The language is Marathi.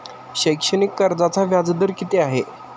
शैक्षणिक कर्जाचा व्याजदर किती आहे?